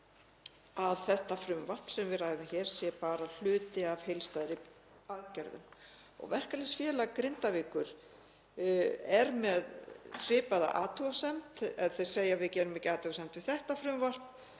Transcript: að þetta frumvarp sem við ræðum hér sé bara hluti af heildstæðum aðgerðum. Verkalýðsfélag. Grindavíkur er með svipaða athugasemd, þ.e. það gerir ekki athugasemd við þetta frumvarp,